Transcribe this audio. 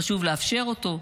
חשוב לאפשר אותו,